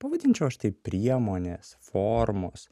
pavadinčiau aš tai priemonės formos